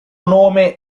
nome